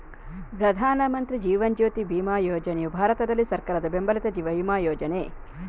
ಪ್ರಧಾನ ಮಂತ್ರಿ ಜೀವನ್ ಜ್ಯೋತಿ ಬಿಮಾ ಯೋಜನೆಯು ಭಾರತದಲ್ಲಿ ಸರ್ಕಾರದ ಬೆಂಬಲಿತ ಜೀವ ವಿಮಾ ಯೋಜನೆ